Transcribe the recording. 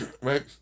right